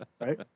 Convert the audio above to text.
right